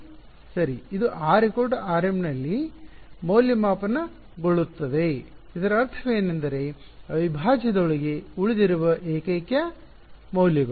ಸರಿ ಇದು rrm ನಲ್ಲಿ ಮೌಲ್ಯಮಾಪನಗೊಳ್ಳುತ್ತದೆ ಇದರ ಅರ್ಥವೇನೆಂದರೆ ಅವಿಭಾಜ್ಯ ದೊಳಗೆ ಉಳಿದಿರುವ ಏಕೈಕ ಮೌಲ್ಯಗಳು